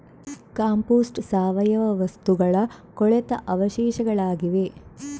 compost ಸಾವಯವ ವಸ್ತುಗಳ ಕೊಳೆತ ಅವಶೇಷಗಳಾಗಿವೆ